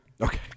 Okay